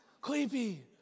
creepy